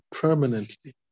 permanently